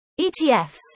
ETFs